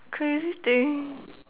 crazy thing